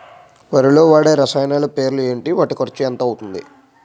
వరిలో వాడే రసాయనాలు పేర్లు ఏంటి? వాటి ఖర్చు ఎంత అవతుంది?